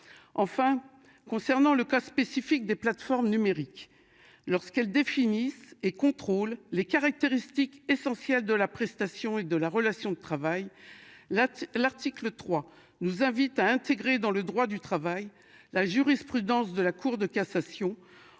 Enfin, concernant le cas spécifique des plateformes numériques lorsqu'elle définit et contrôle les caractéristiques essentielles de la prestation et de la relation de travail là. L'article 3, nous invite à intégrer dans le droit du travail. La jurisprudence de la Cour de cassation